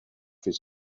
his